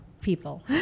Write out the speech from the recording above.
people